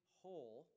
hole